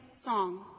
song